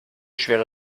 schwere